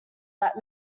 that